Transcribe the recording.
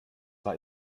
war